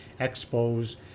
expos